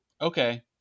okay